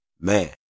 Man